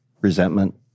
resentment